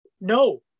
No